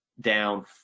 down